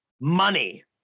money